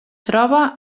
troba